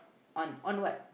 on on what